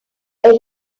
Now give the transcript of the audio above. elle